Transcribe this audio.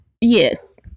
Yes